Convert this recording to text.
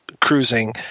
Cruising